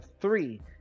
three